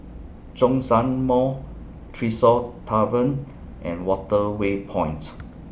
Zhongshan Mall Tresor Tavern and Waterway Points